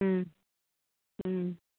ꯎꯝ ꯎꯝ